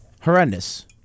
horrendous